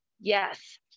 Yes